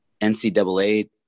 NCAA